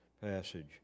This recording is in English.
passage